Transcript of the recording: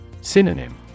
Synonym